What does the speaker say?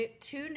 two